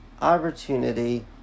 opportunity